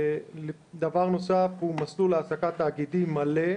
דבר נוסף הוא מסלול העתקת תאגידים מלא,